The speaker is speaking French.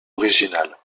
originale